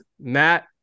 Matt